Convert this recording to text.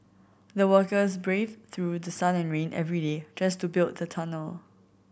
the workers braved through the sun and rain every day just to build the tunnel